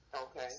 okay